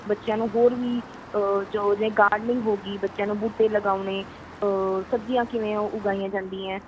ਬੱਚਿਆਂ ਨੂੰ ਹੋਰ ਵੀ ਜੋ ਜ ਗਾਰਡਨਿੰਗ ਹੋ ਗਈ ਬੱਚਿਆਂ ਨੂੰ ਬੂਟੇ ਲਗਾਉਣੇ ਸਬਜ਼ੀਆਂ ਕਿਵੇਂ ਉਗਾਈਆਂ ਜਾਂਦੀਆਂ